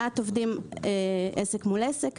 מעט עובדים עסק מול עסק.